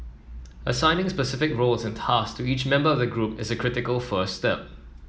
assigning specific roles and tasks to each member of the group is a critical first step